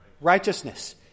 Righteousness